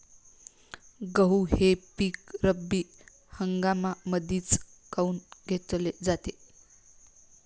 गहू हे पिक रब्बी हंगामामंदीच काऊन घेतले जाते?